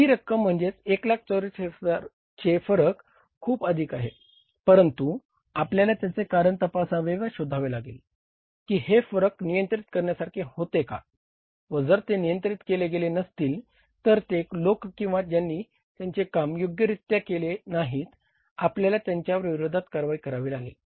हि रक्कम म्हणजेच 144000 चे फरक खूप अधिक आहे परंतु आपल्याला त्याचे कारण तपासावे व शोधावे लागेल की हे फरक नियंत्रित करण्यासारखे होते का व जर ते नियंत्रित केले गेले नसतील तर ते लोक किंवा ज्यांनी त्यांचे काम योग्यरीत्या केले नाही आपल्याला त्यांच्या विरोधात कारवाई करावी लागेल